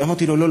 אמרתי: לא,